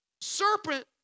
Serpent